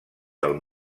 del